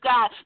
God